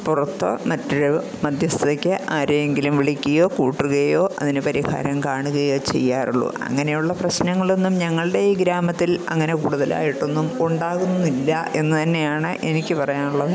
പുറത്ത് മറ്റൊരു മധ്യസ്ഥതയ്ക്ക് ആരെയെങ്കിലും വിളിക്കുകയോ കൂട്ടുകയോ അതിന് പരിഹാരം കാണുകയോ ചെയ്യാറുള്ളു അങ്ങനെയുള്ള പ്രശ്നങ്ങളൊന്നും ഞങ്ങളുടെ ഈ ഗ്രാമത്തില് അങ്ങനെ കൂടുതലായിട്ടൊന്നും ഉണ്ടാകുന്നില്ല എന്നു തന്നെയാണ് എനിക്ക് പറയാനുള്ളത്